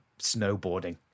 snowboarding